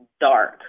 dark